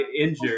injured